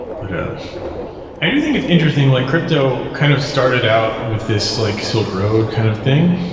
but ah i do think it's interesting, like crypto kind of started out with this like silk road kind of thing.